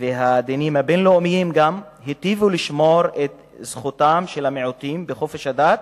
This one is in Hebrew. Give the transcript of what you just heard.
והדינים הבין-לאומיים גם היטיבו לשמור את זכותם של המיעוטים בחופש הדת